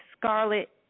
scarlet